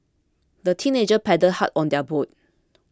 the teenagers paddled hard on their boat